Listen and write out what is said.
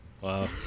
Wow